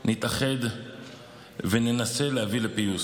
נתאחד וננסה להביא לפיוס.